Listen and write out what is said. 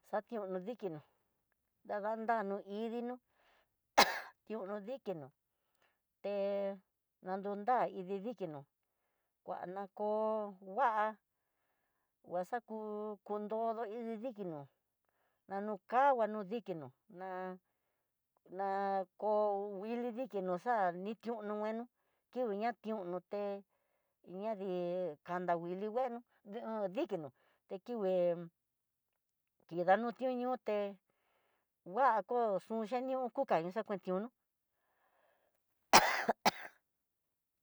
Xatión dikinó dadanrano indinó iho no dikinó he na nunda ikidinó, nguana kó va'a nguaxa kú ko nrodo ikidinó, nu kanguá no dikinó nana ko nguili dikinró xa'a ni tión no nguenó kió na tión noté ña dii kanda nguili nguenó nondikinó dekingué, kidanió ti'ó niuté kua ku xhu xhendió kuka na xan kuantionó